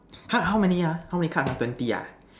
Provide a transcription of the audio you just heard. how how many ah how many cards ah twenty ah